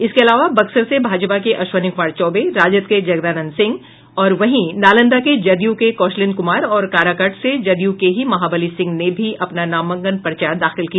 इसके अलावा बक्सर से भाजपा के अश्विनी कुमार चौबे राजद के जगदानंद सिंह और वहीं नालंदा से जदयू के कौशलेन्द्र कुमार और काराकाट से जदयू के ही महाबली सिंह ने भी अपना नामांकन पर्चा दाखिल किया